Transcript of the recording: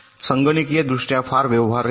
संगणकीयदृष्ट्या फार व्यवहार्य नाही